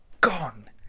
gone